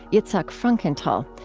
yitzhak frankenthal,